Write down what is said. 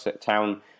Town